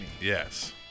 Yes